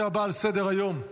נמנעים.